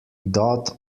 doth